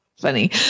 Funny